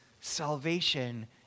salvation